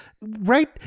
right